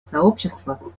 сообщества